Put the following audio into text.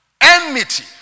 enmity